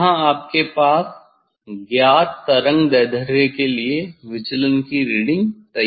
यहाँ आपके पास ज्ञात तरंगदैर्ध्य के लिए विचलन की रीडिंग तैयार है